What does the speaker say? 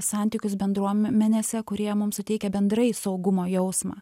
santykius bendruom menėse kurie mums suteikia bendrai saugumo jausmą